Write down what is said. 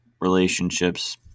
relationships